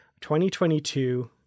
2022